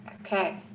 Okay